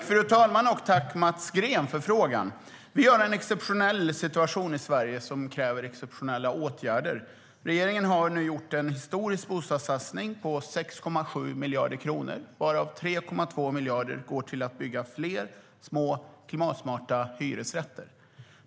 Fru talman! Tack för frågan, Mats Green! Vi har en exceptionell bostadssituation i Sverige som kräver exceptionella åtgärder. Regeringen har nu gjort en historisk bostadssatsning på 6,7 miljarder kronor, varav 3,2 miljarder går till att bygga fler små, klimatsmarta hyresrätter.